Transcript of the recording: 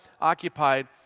occupied